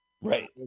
right